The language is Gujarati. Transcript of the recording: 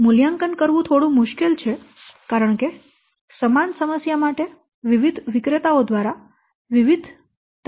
મૂલ્યાંકન કરવું થોડું મુશ્કેલ છે કારણકે સમાન સમસ્યા માટે વિવિધ વિક્રેતાઓ દ્વારા વિવિધ તકનીકી ઉકેલો કવોટ કરવામાં આવે છે